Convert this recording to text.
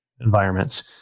environments